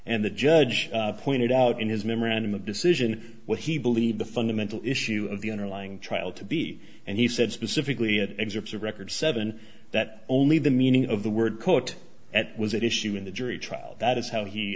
and the judge pointed out in his memorandum of decision what he believed the fundamental issue of the underlying trial to be and he said specifically at excerpts of record seven that only the meaning of the word quote that was at issue in the jury trial that is how he